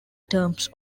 terms